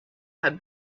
had